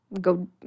go